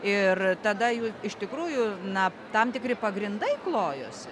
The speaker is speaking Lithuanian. ir tada iš tikrųjų na tam tikri pagrindai klojosi